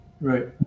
right